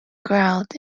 growled